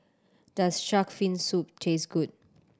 does shark fin soup taste good